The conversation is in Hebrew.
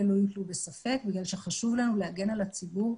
לא יוטלו בספק מכיוון שחשוב לנו להגן על הציבור.